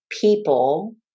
people